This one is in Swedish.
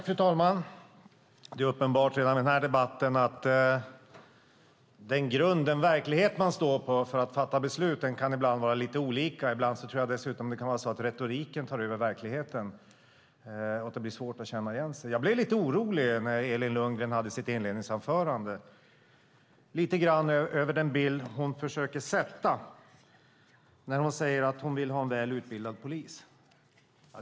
Fru talman! Det blir i den här debatten uppenbart att den verklighet man står på för att fatta beslut ibland kan vara lite olika. Ibland tror jag dessutom att det kan vara så att retoriken tar över verkligheten och det blir svårt att känna igen sig. Jag blev lite orolig över den bild Elin Lundgren försökte sätta när hon hade sitt inledningsanförande. Hon säger att hon vill ha en väl utbildad polis.